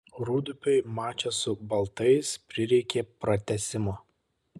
rūdupiui mače su baltais prireikė pratęsimo